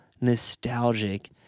nostalgic